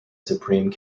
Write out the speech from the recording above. supreme